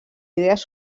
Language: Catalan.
idees